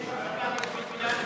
יש הפסקה לתפילה,